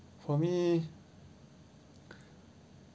for me